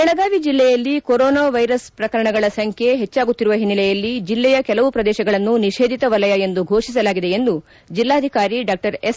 ಬೆಳಗಾವಿ ಜಿಲ್ಲೆಯಲ್ಲಿ corona virus ಪ್ರಕರಣಗಳ ಸಂಖ್ಯೆ ಹೆಚ್ಚಾಗುತ್ತಿರುವ ಹಿನ್ನೆಲೆಯಲ್ಲಿ ಜಿಲ್ಲೆಯ ಕೆಲವು ಪ್ರದೇಶಗಳನ್ನು ನಿಷೇಧಿತ ವಲಯ ಎಂದು ಘೋಷಿಸಲಾಗಿದೆ ಎಂದು ಜಿಲ್ಲಾಧಿಕಾರಿ ಡಾ ಎಸ್